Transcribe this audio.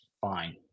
fine